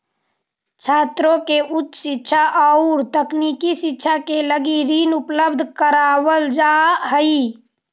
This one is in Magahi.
छात्रों के उच्च शिक्षा औउर तकनीकी शिक्षा के लगी ऋण उपलब्ध करावल जाऽ हई